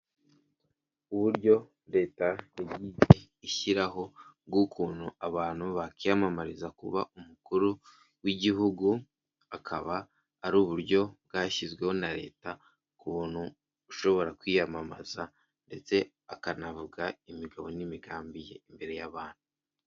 Uburyo leta bwite ishyiraho bw'ukuntu abantu bakwiyamamariza kuba umukuru w'igihugu akaba ari uburyo bwashyizweho na leta ku muntu ushobora kwiyamamaza ndetse akanavuga imigabo n'imigambi ye imbere y'abantu.